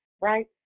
right